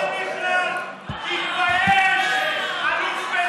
תתבייש לך.